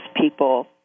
people